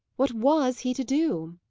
what was he to do?